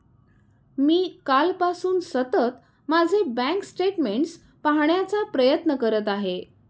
मी कालपासून सतत माझे बँक स्टेटमेंट्स पाहण्याचा प्रयत्न करत आहे